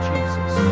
Jesus